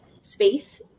space